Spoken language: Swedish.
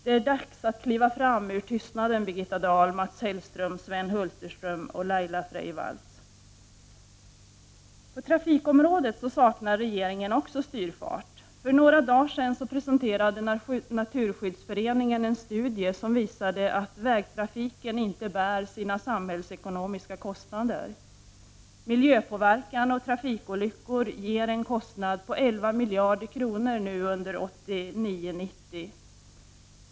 Det är dags att kliva fram ur tystnaden, Birgitta Dahl, Mats Hellström, Sven Hulterström och Laila Freivalds! Också på trafikområdet saknar regeringen styrfart. För några dagar sedan presenterade Naturskyddsföreningen en studie som visade att vägtrafiken inte bär sina samhällsekonomiska kostnader. Miljöpåverkan och trafikolyckor ger en kostnad på 11 miljarder kronor 1989/90.